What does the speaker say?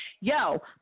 yo